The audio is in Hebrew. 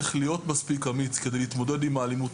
איך להיות מספיק אמיץ כדי להתמודד עם האלימות,